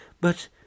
But